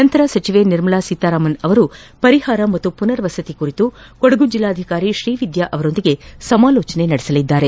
ನಂತರ ಸಚಿವೆ ನಿರ್ಮಲಾ ಸೀತಾರಾಮನ್ ಅವರು ಪರಿಹಾರ ಮತ್ತು ಪುನರ್ವಸತಿ ಕುರಿತು ಕೊಡಗು ಜಿಲ್ಲಾಧಿಕಾರಿ ಶ್ರೀ ವಿದ್ಯಾ ಅವರೊಂದಿಗೆ ಸಮಾಲೋಚನೆ ನಡೆಸಲಿದ್ದಾರೆ